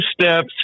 steps